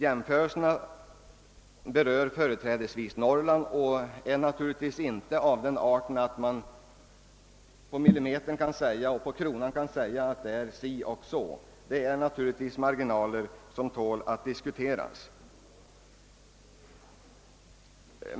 Jämförelserna berör företrädesvis Norrland. De är naturligtvis inte av den arten, att man kan precisera resultaten på kronan när; det finns givetvis marginaler som tål att diskutera.